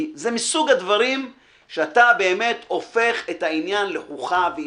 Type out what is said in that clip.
כי זה מסוג הדברים שאתה באמת הופך את העניין לחוכא ואטלולא.